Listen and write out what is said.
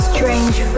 Strange